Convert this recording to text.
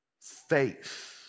faith